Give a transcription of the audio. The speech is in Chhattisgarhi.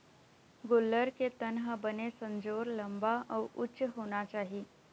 गोल्लर के तन ह बने संजोर, लंबा अउ उच्च होना चाही